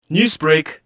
Newsbreak